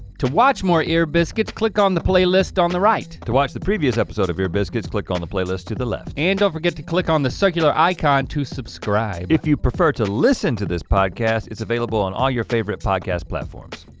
to watch more ear biscuits, click on the playlist on the right. to watch the previous episode of ear biscuits, click on the playlist to the left. and don't forget to click on the circular icon to subscribe. if you prefer to listen to this podcast, it's available on all your favorite podcast platforms.